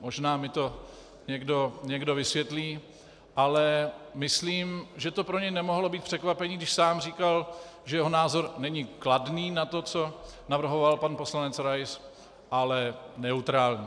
Možná mi to někdo vysvětlí, ale myslím, že to pro něj nemohlo být překvapení, když sám říkal, že jeho názor není kladný na to, co navrhoval pan poslanec Rais, ale neutrální.